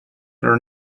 their